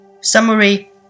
Summary